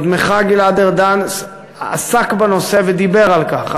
קודמך גלעד ארדן עסק בנושא ודיבר על כך,